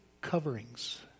coverings